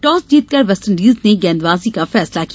toss जीतकर West Indies ने गेंदबाजी का फैसला किया